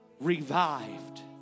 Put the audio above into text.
revived